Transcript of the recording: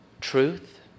truth